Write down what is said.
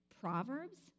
Proverbs